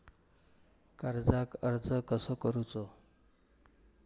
कर्जाक अर्ज कसो करूचो?